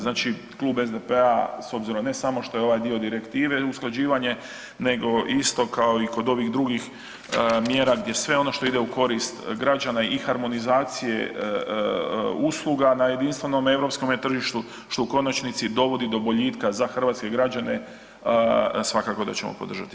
Znači, Klub SDP-a s obzirom ne samo što je ovaj dio direktive usklađivanje nego isto kao i kod ovih drugih mjera gdje sve ono što ide u korist građana i harmonizacije usluga na jedinstvenom europskom tržištu što u konačnici dovodi do boljitka za hrvatske građane svakako da ćemo podržati.